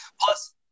plus